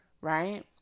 right